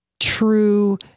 true